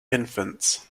infants